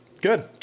good